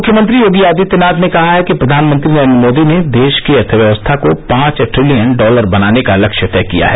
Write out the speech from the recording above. मुख्यमंत्री योगी आदित्यनाथ ने कहा है कि प्रधानमंत्री नरेन्द्र मोदी ने देश की अर्थव्यवस्था को पांच ट्रिलियन डॉलर बनाने का लक्ष्य तय किया है